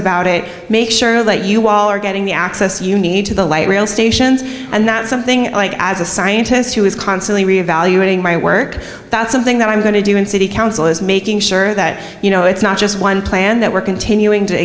about it make sure that you all are getting the access you need to the light rail stations and that something like as a scientist who is constantly reevaluating my work that's something that i'm going to do in city council is making sure that you know it's not just one plan that we're continuing to